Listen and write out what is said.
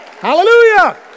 Hallelujah